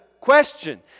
question